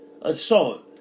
assault